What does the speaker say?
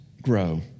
grow